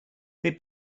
they